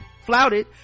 flouted